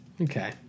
Okay